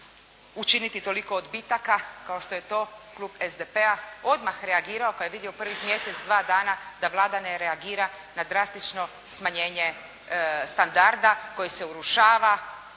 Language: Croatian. učiniti toliko odbitaka kao što je to klub SDP-a odmah reagirao kada je vidio prvih mjesec-dva dana da Vlada ne reagira na drastično smanjenje standarda koji se urušava